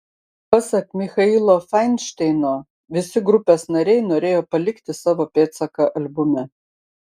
pasak michailo fainšteino visi grupės nariai norėjo palikti savo pėdsaką albume